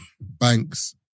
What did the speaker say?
banks